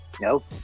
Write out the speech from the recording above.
Nope